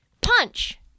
Punch